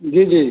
जी जी